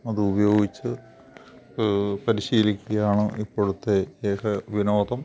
അത് ഉപയോഗിച്ച് പരിശീലിക്കുകയാണ് ഇപ്പോഴത്തെ ഏക വിനോദം